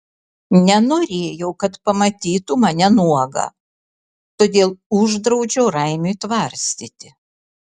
nenorėjau kad pamatytų mane nuogą todėl uždraudžiau raimiui tvarstyti